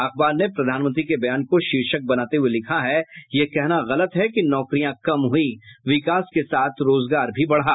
अखबार ने प्रधानमंत्री के बयान को शीर्षक बनाते हुये लिखा है यह कहना गलत है कि नौकरियां कम हुईं विकास के साथ रोजगार भी बढ़ा